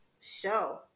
show